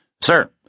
Sir